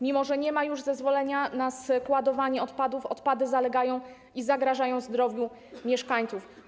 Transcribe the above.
Mimo że nie ma już zezwolenia na składowanie odpadów, odpady zalegają i zagrażają zdrowiu mieszkańców.